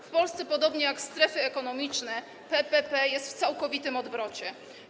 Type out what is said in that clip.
W Polsce, podobnie jak strefy ekonomiczne, PPP jest w całkowitym odwrocie.